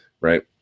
right